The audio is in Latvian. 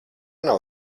nav